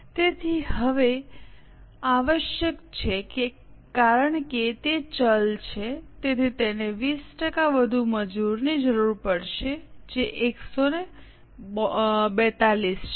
તેથી તે હવે આવશ્યક છે કારણ કે તે ચલ છે તેથી તેને 20 ટકા વધુ મજૂરની જરૂર પડશે જે 142 છે